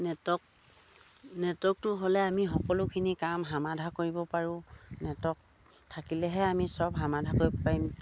network নেটৱৰ্কটো হ'লে আমি সকলোখিনি কাম সমাধান কৰিব পাৰোঁ নেটৱৰ্ক থাকিলেহে আমি চব সমাধান কৰিব পাৰিম